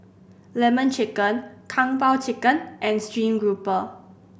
Lemon Chicken Kung Po Chicken and stream grouper